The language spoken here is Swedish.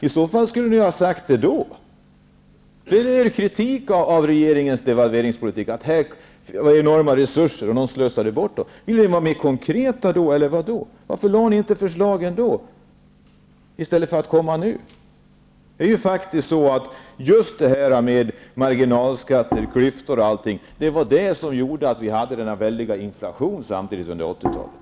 I så fall skulle ni ha sagt det då, med tanke på er kritik av den tidigare regeringens devalveringspolitik och att de enorma resurserna slösades bort. Varför lade ni inte fram förslagen då, i stället för att komma med dem nu? Det var just marginalskatter, klyftor, m.m. som gjorde att vi hade denna väldiga inflation under 80-talet.